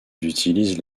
utilisent